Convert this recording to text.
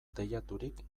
teilaturik